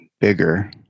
bigger